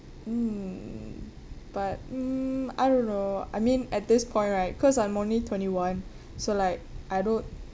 mm but mm I don't know I mean at this point right cause I'm only twenty one so like I don't